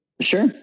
Sure